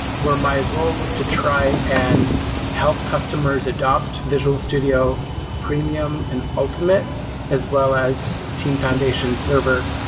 where my role was to try and help customers adopt visual studio premium and ultimate as well as team foundation server,